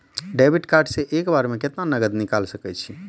Debit card से एक बार मे केतना नगद निकाल सके छी?